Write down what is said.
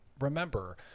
Remember